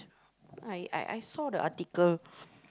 I I I saw the article